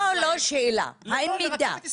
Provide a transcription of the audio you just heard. לא שאלה, מידע.